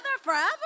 forever